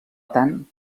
tant